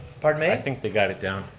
pardon me? i think they got it down.